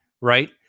right